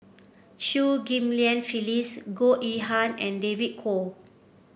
Chew Ghim Lian Phyllis Goh Yihan and David Kwo